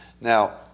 Now